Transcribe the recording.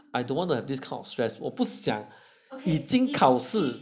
I don't want to have of stress 我不想已经考试